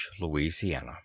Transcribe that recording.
Louisiana